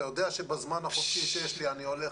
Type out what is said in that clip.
אתה יודע שבזמן החופשי שיש לי אני הולך